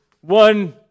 one